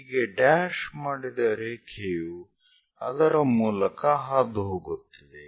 ಹೀಗೆ ಡ್ಯಾಶ್ ಮಾಡಿದ ರೇಖೆಯು ಅದರ ಮೂಲಕ ಹಾದುಹೋಗುತ್ತದೆ